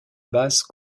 base